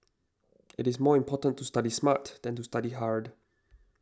it is more important to study smart than to study hard